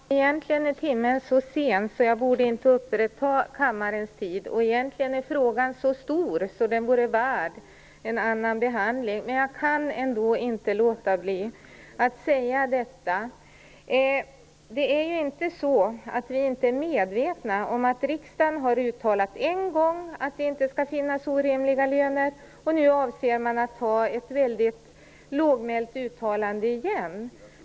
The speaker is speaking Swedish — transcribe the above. Fru talman! Egentligen är timmen så sen att jag inte borde uppta kammarens tid, och egentligen är frågan så stor att den vore värd en annan behandling. Men jag kan ändå inte låta bli att säga detta. Det är inte så att vi inte är medvetna om att riksdagen en gång har uttalat att det inte skall finnas orimliga löner. Nu avser man att göra ett väldigt lågmält uttalande igen.